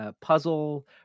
Puzzle